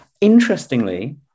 Interestingly